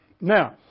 Now